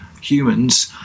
humans